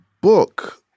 book